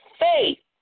faith